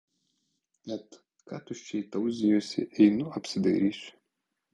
et ką tuščiai tauzijusi einu apsidairysiu